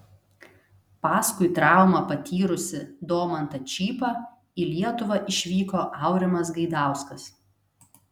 paskui traumą patyrusį domantą čypą į lietuvą išvyko aurimas gaidauskas